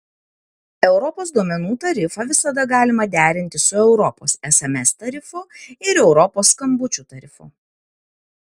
europos duomenų tarifą visada galima derinti su europos sms tarifu ir europos skambučių tarifu